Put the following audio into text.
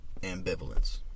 ambivalence